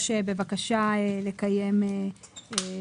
ליושב-ראש הכנסת בבקשה לקיים ישיבה.